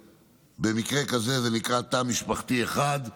במקרה כזה, זה נקרא תא משפחתי אחד,